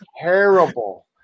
terrible